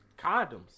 Condoms